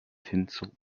tinsel